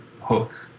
hook